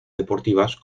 deportivas